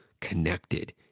connected